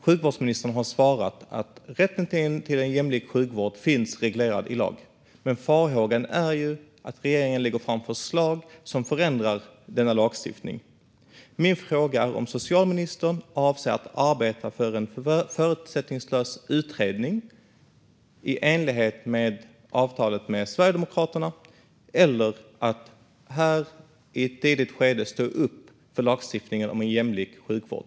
Sjukvårdsministern har svarat att rätten till en jämlik sjukvård finns reglerad i lag. Men farhågan är ju att regeringen kommer att lägga fram förslag som förändrar denna lagstiftning. Min fråga är om socialministern avser att arbeta för en förutsättningslös utredning i enlighet med avtalet med Sverigedemokraterna eller om han här i ett tidigt skede kan stå upp för lagstiftningen om en jämlik sjukvård.